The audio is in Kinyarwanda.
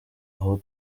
aho